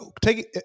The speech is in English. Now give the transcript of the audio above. take